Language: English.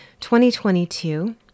2022